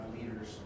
leaders